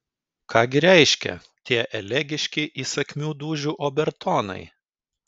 ką gi reiškia tie elegiški įsakmių dūžių obertonai